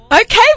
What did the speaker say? Okay